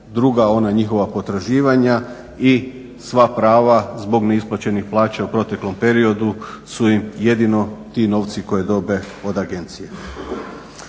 druga ona njihova potraživanja i sva prava zbog neisplaćenih plaća u proteklom periodu su jedino ti novci koje dobe od agencije.